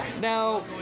Now